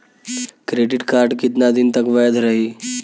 Credit card कितना दिन तक वैध रही?